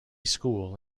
school